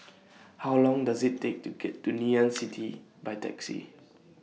How Long Does IT Take to get to Ngee Ann City By Taxi